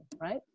right